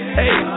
hey